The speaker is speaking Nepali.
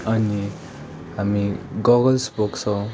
अनि हामी गगल्स बोक्छौँ